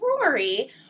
Rory